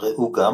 ראו גם